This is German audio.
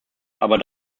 aber